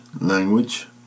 language